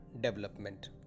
Development